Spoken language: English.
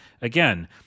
Again